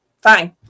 fine